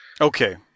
Okay